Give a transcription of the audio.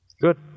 Good